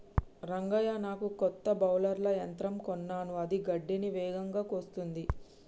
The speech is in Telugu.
రంగయ్య నాకు కొత్త బౌలర్ల యంత్రం కొన్నాను అది గడ్డిని వేగంగా కోస్తుంది